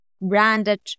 branded